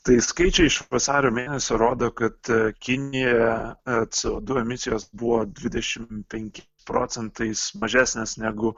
tai skrydžiai iš vasario mėnesio rodo kad kinijoje co du emisijos buvo dvidešimt penki procentais mažesnės negu